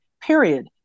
period